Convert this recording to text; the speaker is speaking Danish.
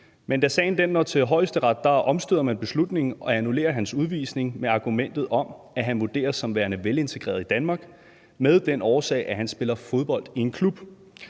Men da sagen når til Højesteret, omstøder man beslutningen og annullerer hans udvisning med det argument, at han vurderes som værende velintegreret i Danmark af den årsag, at han spiller fodbold i en klub.